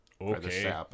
Okay